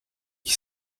qui